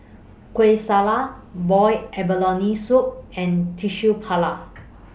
Kueh Syara boiled abalone Soup and Tissue